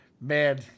Man